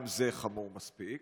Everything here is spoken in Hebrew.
גם זה חמור מספיק.